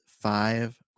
five